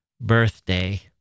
birthday